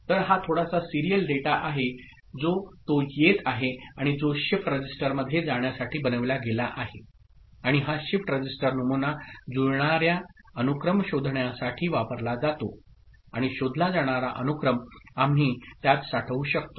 तर हा थोडासा सिरीयल डेटा आहे जो तो येत आहे आणि जो शिफ्ट रजिस्टरमध्ये जाण्यासाठी बनविला गेला आहे आणि हा शिफ्ट रजिस्टर नमुना जुळणार्या अनुक्रम शोधण्यासाठी वापरला जातो आणि शोधला जाणारा अनुक्रम आम्ही त्यात साठवू शकतो